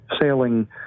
sailing